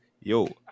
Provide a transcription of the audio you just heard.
yo